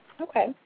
Okay